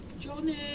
Johnny